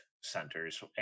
centers